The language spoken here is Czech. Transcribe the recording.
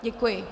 Děkuji.